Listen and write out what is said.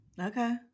Okay